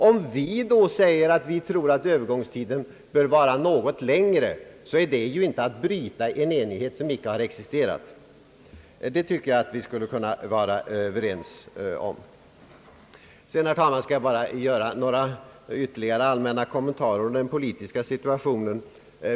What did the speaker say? Om vi då säger, att vi tror att övergångstiden bör vara något längre, är detta ju inte att bryta en enighet. Det tycker jag vi skulle kunna vara överens om. Sedan, herr talman, skall jag bara göra några ytterligare allmänna kommentarer om den politiska situationen.